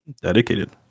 Dedicated